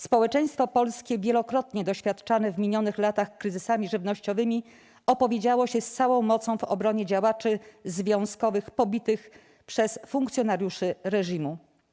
Społeczeństwo Polskie, wielokrotnie doświadczane w minionych latach kryzysami żywnościowymi, opowiedziało się z całą mocą w obronie działaczy związkowych pobitych przez funkcjonariuszy reżimu.